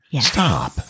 Stop